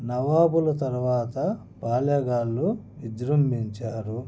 నవాబుల తరువాత పాలెగాళ్ళు విజృంభించారు